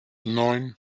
neun